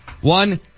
One